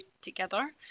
together